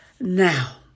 Now